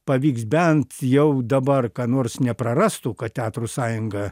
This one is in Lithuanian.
pavyks bent jau dabar nors neprarastų kad teatro sąjunga